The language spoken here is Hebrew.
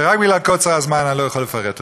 שרק בגלל קוצר הזמן אני לא יכול לפרט אותם?